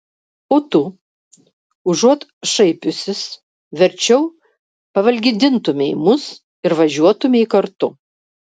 o tu užuot šaipiusis verčiau pavalgydintumei mus ir važiuotumei kartu